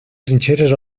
trinxeres